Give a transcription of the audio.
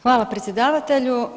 Hvala predsjedavatelju.